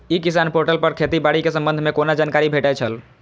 ई किसान पोर्टल पर खेती बाड़ी के संबंध में कोना जानकारी भेटय छल?